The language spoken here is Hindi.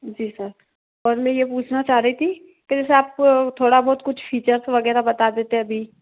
जी सर और मैं ये पूछना चाह रही थी कि जैसे आपको थोड़ा बहुत कुछ फीचर्स वगैरह बता देते अभी